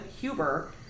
Huber